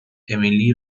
امیلی